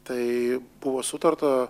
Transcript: tai buvo sutarta